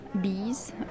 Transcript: bees